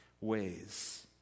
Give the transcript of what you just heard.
ways